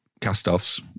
cast-offs